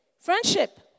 friendship